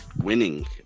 winning